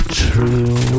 true